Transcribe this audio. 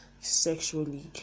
sexually